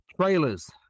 trailers